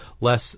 less